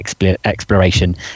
exploration